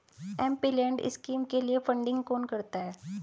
MPLAD scheme के लिए funding कौन करता है?